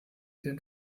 den